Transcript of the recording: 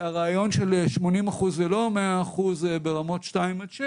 הרעיון של 80% ולא 100% ברמות 2 עד 6